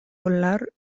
volar